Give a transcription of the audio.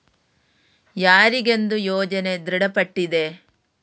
ಯಾರಿಗೆಂದು ಯೋಜನೆ ದೃಢಪಟ್ಟಿದೆ?